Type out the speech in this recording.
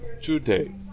today